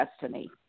destiny